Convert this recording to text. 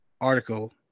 article